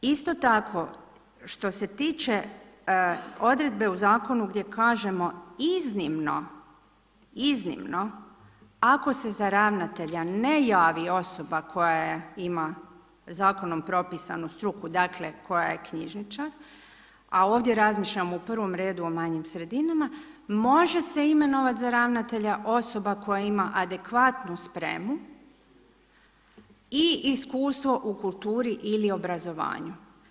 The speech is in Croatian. Isto tako, što se tiče odredbe u zakonu gdje kažemo iznimno, iznimno ako se za ravnatelja ne javi osoba koja ima zakonom propisanu struku, dakle koja je knjižničar, a ovdje razmišljam u prvom redu o manjim sredinama, može se imenovati za ravnatelja osoba koja ima adekvatnu spremu i iskustvo u kulturi ili obrazovanju.